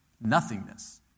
nothingness